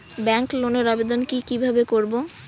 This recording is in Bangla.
ব্যাংক লোনের আবেদন কি কিভাবে করব?